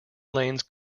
lanes